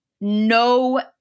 no